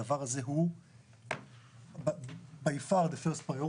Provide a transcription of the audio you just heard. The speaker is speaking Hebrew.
הדבר הזה הוא בעדיפות ראשונה ללא ספק.